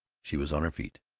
she was on her feet.